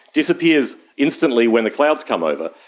disappears instantly when the clouds come over,